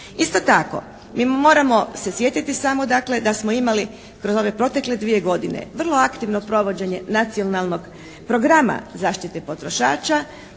Isto tako mi moramo se sjetiti samo dakle da smo imali kroz ove protekle dvije godine vrlo aktivno provođenje nacionalnog programa zaštite potrošača.